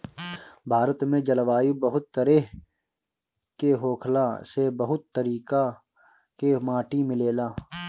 भारत में जलवायु बहुत तरेह के होखला से बहुत तरीका के माटी मिलेला